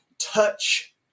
touch